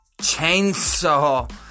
chainsaw